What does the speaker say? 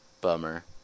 Bummer